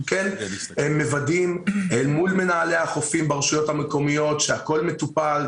אנחנו כן מוודאים אל מול מנהלי החופים ברשויות המקומיות שהכול מטופל,